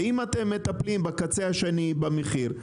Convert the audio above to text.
ואם אתם מטפלים בקצה השני במחיר,